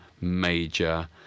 major